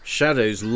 shadows